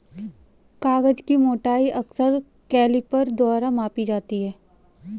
कागज की मोटाई अक्सर कैलीपर द्वारा मापी जाती है